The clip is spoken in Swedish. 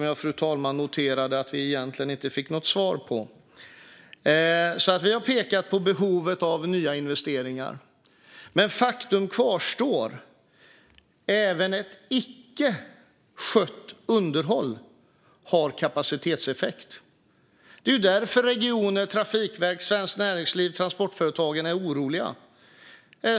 Jag noterar att vi egentligen inte har fått något svar på detta. Vi har pekat på behovet av nya investeringar. Men faktum kvarstår. Även ett icke-skött underhåll har kapacitetseffekt. Det är därför regioner, Trafikverket, Svenskt Näringsliv och Transportföretagen är oroliga.